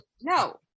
No